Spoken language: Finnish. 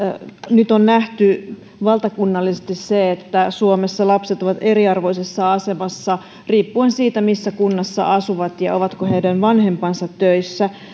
nyt on nähty valtakunnallisesti se että suomessa lapset ovat eriarvoisessa asemassa riippuen siitä missä kunnassa he asuvat ja siitä ovatko heidän vanhempansa töissä